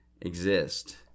exist